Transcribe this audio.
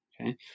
okay